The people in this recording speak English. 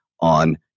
on